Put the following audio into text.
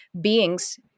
beings